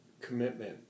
commitment